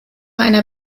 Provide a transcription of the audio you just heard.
einer